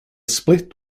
split